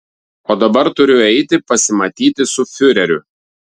o dabar turiu eiti pasimatyti su fiureriu